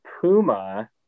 Puma